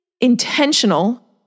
intentional